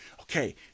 okay